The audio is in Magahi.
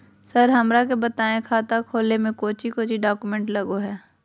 सर हमरा के बताएं खाता खोले में कोच्चि कोच्चि डॉक्यूमेंट लगो है?